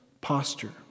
posture